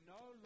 no